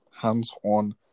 hands-on